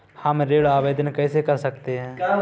हम ऋण आवेदन कैसे कर सकते हैं?